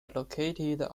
located